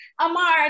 Amar